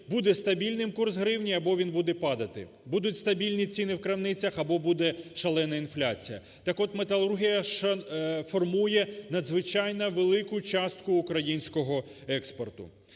буде стабільним курс гривні або він буде падати, будуть стабільні ціни в крамницях або буде шалена інфляція. Так от, металургія формує надзвичайно велику частку українського експорту.